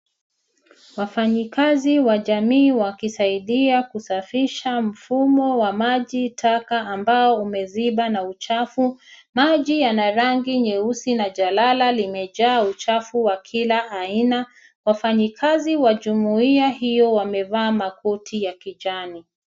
Wafanyikazi wa jamii wakisaidia kusafisha mfumo wa maji taka ambao umeziba na uchafu. Maji yana rangi nyeusi na jalala limejaa uchafu wa kila aina. Wafanyikazi wa jumuiya hiyo wamevaa makoti ya kijani.